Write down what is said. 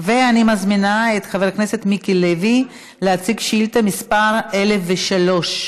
ואני מזמינה את חבר הכנסת מיקי לוי להציג את שאילתה מס' 1003,